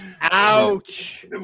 Ouch